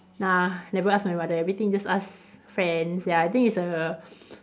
ah never ask my mother everything just ask friends ya I think it's a